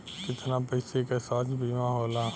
कितना पैसे का स्वास्थ्य बीमा होला?